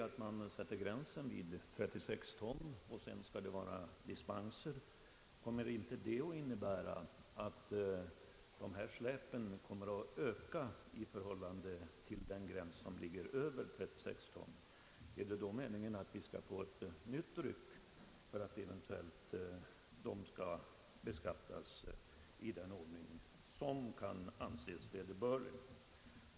Att man sätter gränsen till 36 ton och sedan ger dispenser, kommer inte det att innebära att dessa släp kommer att öka i storlek utöver gränsen 36 ton? Är det då meningen att vi skall få ett nytt ryck för att de eventuellt skall beskattas i den ordning som här kan anses vederbörlig.